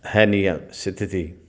ਹੈ ਨਹੀਂ ਆ ਸਥਿਤੀ